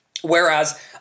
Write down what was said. Whereas